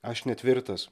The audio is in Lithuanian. aš netvirtas